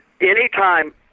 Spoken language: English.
anytime